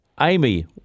Amy